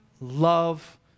love